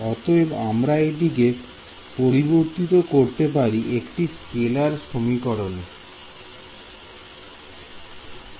অতএব আমরা এটিকে পরিবর্তিত করতে পারি একটি স্কেলার সমীকরণ এ